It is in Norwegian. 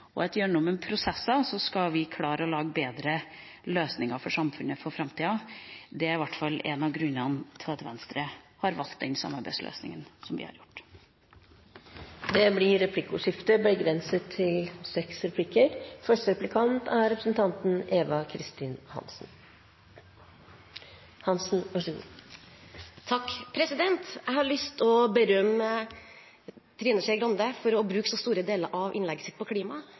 at vi gjennom prosesser skal klare å lage bedre løsninger for samfunnet for framtida. Det er i hvert fall en av grunnene til at Venstre har valgt den samarbeidsløsninga som vi har gjort. Det blir replikkordskifte. Jeg har lyst til å berømme Trine Skei Grande for å bruke så stor del av innlegget sitt på